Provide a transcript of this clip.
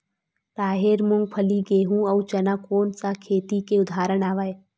राहेर, मूंगफली, गेहूं, अउ चना कोन सा खेती के उदाहरण आवे?